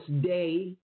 Day